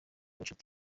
gicuti